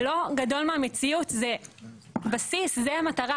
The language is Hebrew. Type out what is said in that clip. זה לא גדול מהמציאות, זה בסיס, זו המטרה.